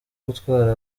gutwara